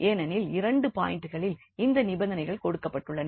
ஏனெனில் இரண்டு பாயிண்ட்களில் இந்த நிபந்தனைகள் கொடுக்கப்பட்டுள்ளன